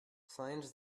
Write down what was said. find